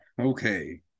Okay